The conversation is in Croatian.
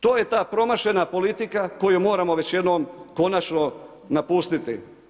To je ta promašena politika koju moramo već jednom konačno napustiti.